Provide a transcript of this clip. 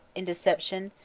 in deception,